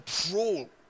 control